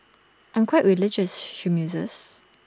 I'm quite religious she muses